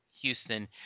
Houston